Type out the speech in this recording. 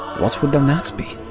what would their knacks be?